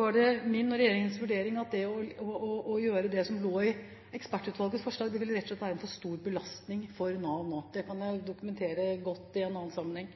var det min og regjeringens vurdering at det å gjøre det som lå i ekspertutvalgets forslag, rett og slett ville være en for stor belastning for Nav nå. Det kan jeg dokumentere godt i en annen sammenheng.